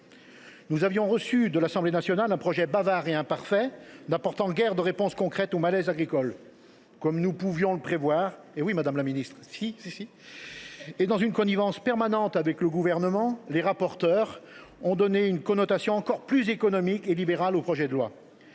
Nous avions reçu de l’Assemblée nationale un projet bavard et imparfait, n’apportant guère de réponses concrètes au malaise agricole. Si, madame la ministre ! Comme nous pouvions le prévoir, et dans une connivence permanente avec le Gouvernement, les rapporteurs ont donné une connotation encore plus économique et libérale au projet de loi.